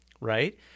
right